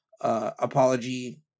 apology